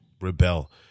rebel